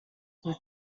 fit